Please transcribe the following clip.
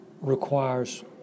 requires